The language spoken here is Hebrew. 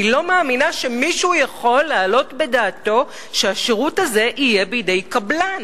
אני לא מאמינה שמישהו יכול להעלות בדעתו שהשירות הזה יהיה בידי קבלן.